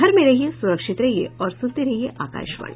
घर में रहिये सुरक्षित रहिये और सुनते रहिये आकाशवाणी